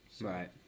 Right